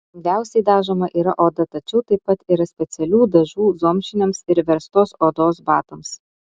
lengviausiai dažoma yra oda tačiau taip pat yra specialių dažų zomšiniams ir verstos odos batams